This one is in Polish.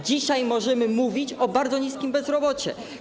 Dzisiaj możemy mówić o bardzo niskim bezrobociu.